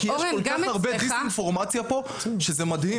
כי יש כל כך הרבה דיס אינפורמציה פה שזה מדהים.